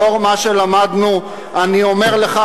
לאור מה שלמדנו אני אומר לך,